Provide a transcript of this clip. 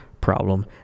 problem